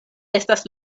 estas